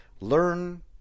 Learn